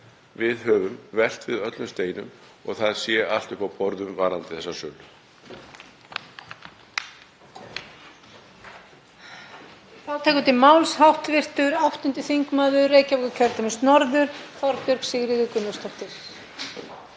við höfum velt við öllum steinum og allt er uppi á borðum varðandi þessa sölu.